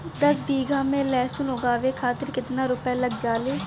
दस बीघा में लहसुन उगावे खातिर केतना रुपया लग जाले?